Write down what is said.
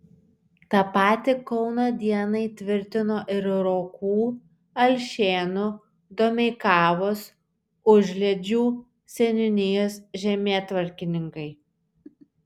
tą patį kauno dienai tvirtino ir rokų alšėnų domeikavos užliedžių seniūnijos žemėtvarkininkai